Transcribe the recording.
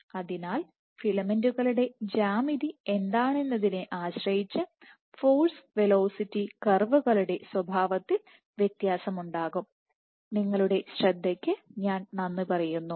അതിനാൽ ഫിലമെന്റുകളുടെ ജ്യാമിതി എന്താണെന്നതിനെ ആശ്രയിച്ച് ഫോഴ്സ് വെലോസിറ്റി കർവുകളുടെ സ്വഭാവത്തിൽ വ്യത്യാസമുണ്ടാകും